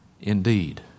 Indeed